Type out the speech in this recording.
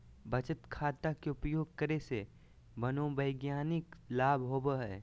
बचत खाता के उपयोग करे से मनोवैज्ञानिक लाभ होबो हइ